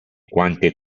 quante